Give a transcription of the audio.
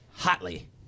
Hotly